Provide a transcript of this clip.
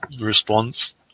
response